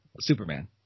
superman